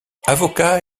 avocat